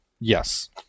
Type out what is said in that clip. yes